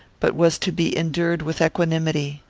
but was to be endured with equanimity.